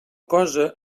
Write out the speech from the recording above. cosa